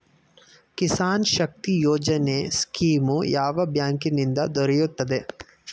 ಕಿಸಾನ್ ಶಕ್ತಿ ಯೋಜನೆ ಸ್ಕೀಮು ಯಾವ ಬ್ಯಾಂಕಿನಿಂದ ದೊರೆಯುತ್ತದೆ?